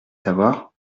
savoir